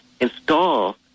install